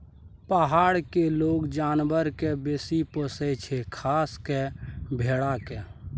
पहार मे लोक जानबर केँ बेसी पोसय छै खास कय भेड़ा केँ